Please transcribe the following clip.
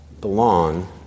belong